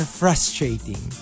frustrating